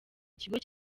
kigo